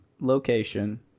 location